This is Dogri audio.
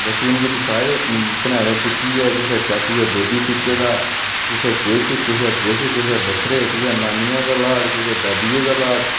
बचपन बिच्च सारे कन्हाड़ै चुक्कियै कुसै चाचुए गोदी चुक्के दा कुसै किश कुसै किश कुसै बक्खरे कुतै नानियें दा लाड़ कुतै दादियै दा लाड़